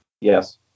Yes